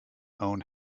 own